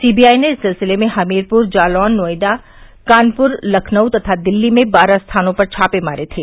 CBI ने इस सिलसिले में हमीरपुर जालौन नोएडा कानपुर लखनऊ तथा दिल्ली में बारह स्थानों पर छापे मारे थे